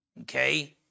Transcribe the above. Okay